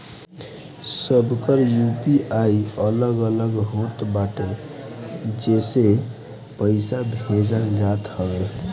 सबकर यू.पी.आई अलग अलग होत बाटे जेसे पईसा भेजल जात हवे